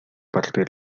partir